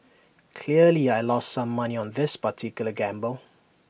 clearly I lost some money on this particular gamble